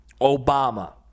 Obama